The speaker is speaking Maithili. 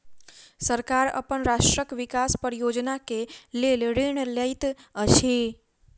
सरकार अपन राष्ट्रक विकास परियोजना के लेल ऋण लैत अछि